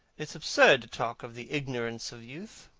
it's absurd to talk of the ignorance of youth.